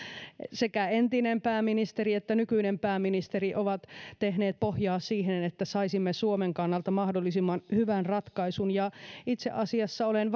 sekä entinen pääministeri että nykyinen pääministeri ovat tehneet pohjaa siihen että saisimme suomen kannalta mahdollisimman hyvän ratkaisun itse asiassa olen